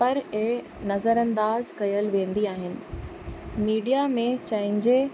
पर ए नज़रअंदाज़ कयल वेंदी आहिनि मीडिया में चइजे